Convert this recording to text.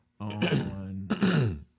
on